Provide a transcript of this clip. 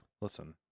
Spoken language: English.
Listen